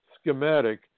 schematic